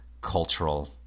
cultural